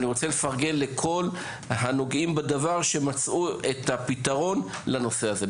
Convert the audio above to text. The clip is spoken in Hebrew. אני רוצה לפרגן לכל הנוגעים בדבר על שמצאו את הפתרון לנושא הזה.